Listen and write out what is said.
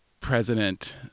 President